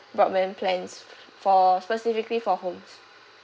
broadband plans for specifically for homes